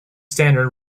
standard